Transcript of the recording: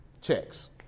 Checks